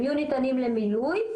הם יהיו ניתנים למילוי,